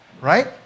Right